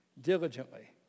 diligently